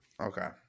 Okay